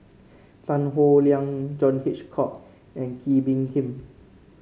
Tan Howe Liang John Hitchcock and Kee Bee Khim